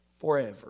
forever